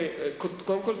קודם כול,